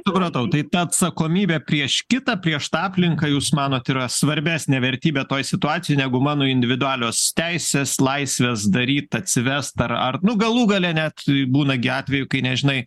supratau tai ta atsakomybė prieš kitą prieš tą aplinką jūs manot yra svarbesnė vertybė toj situacijoj negu mano individualios teisės laisvės daryt atsivest ar ar nu galų gale net būna gi atveju kai nežinai